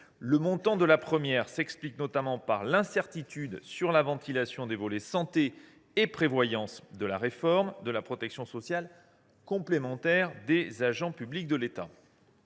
Le montant de la première s’explique notamment par l’incertitude sur la ventilation des volets santé et prévoyance de la réforme de la protection sociale complémentaire des agents publics de l’État.